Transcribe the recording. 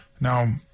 Now